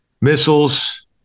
missiles